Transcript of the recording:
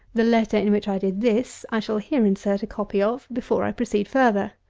the letter in which i did this i shall here insert a copy of, before i proceed further.